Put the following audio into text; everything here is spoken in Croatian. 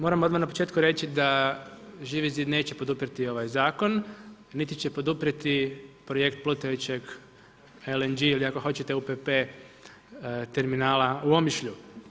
Moram odmah na početku reći da Živi zid neće poduprijeti ovaj zakon niti će poduprijeti projekt plutajućeg LNG ili ako hoćete UPP terminala u Omišlju.